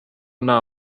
nta